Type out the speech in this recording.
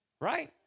right